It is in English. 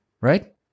Right